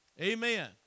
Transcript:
Amen